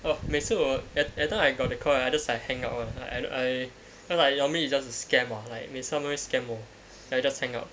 orh 每次我 everytime I got the call I just like hang up I I cause normally it's just a scam ah 每次他们会 scam 我 then I just hang up